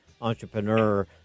entrepreneur